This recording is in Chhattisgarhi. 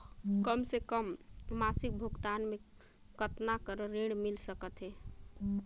कम से कम मासिक भुगतान मे कतना कर ऋण मिल सकथे?